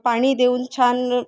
पाणी देऊन छान